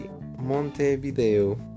Montevideo